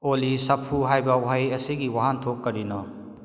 ꯑꯣꯜꯂꯤ ꯁꯥꯐꯨ ꯍꯥꯏꯔꯤꯕ ꯋꯥꯍꯩ ꯑꯁꯤꯒꯤ ꯋꯥꯍꯟꯊꯣꯛ ꯀꯔꯤꯅꯣ